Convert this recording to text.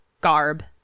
garb